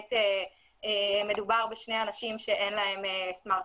כשבאמת מדובר בשני אנשים שאין להם סמארטפונים.